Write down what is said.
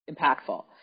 impactful